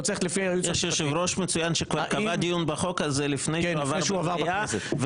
יש יושב-ראש מצוין שכבר קבע דיון בחוק הזה לפני שהוא עבר במליאה,